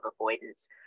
avoidance